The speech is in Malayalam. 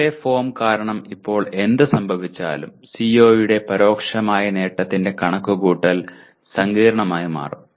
സർവേ ഫോം കാരണം ഇപ്പോൾ എന്ത് സംഭവിച്ചാലും CO യുടെ പരോക്ഷമായ നേട്ടത്തിന്റെ കണക്കുകൂട്ടൽ സങ്കീർണ്ണമായി മാറും